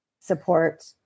support